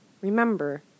Remember